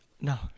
no